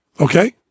Okay